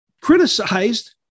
criticized